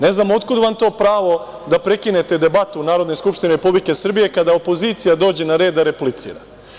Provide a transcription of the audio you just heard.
Ne znam otkud vam to pravo da prekinete debatu Narodne skupštine Republike Srbije kada opozicija dođe na red da replicira.